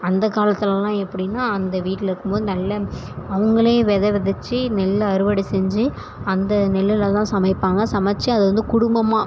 அந்த காலத்திலல்லாம் எப்படின்னா அந்த வீட்டில் இருக்கும்போது நல்ல அவர்களே வெதை வெதச்சு நெல்லை அறுவடை செஞ்சு அந்த நெல்லில்தான் சமைப்பாங்க சமச்சு அதை வந்து குடும்பமாக